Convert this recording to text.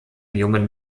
jungen